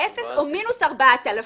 אפס או מינוס 4,000,